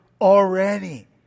already